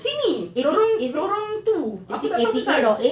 sini lorong lorong tu aku tak tahu apa pasal